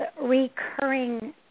recurring